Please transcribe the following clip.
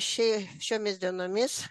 šie šiomis dienomis